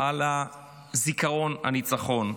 על זיכרון הניצחון.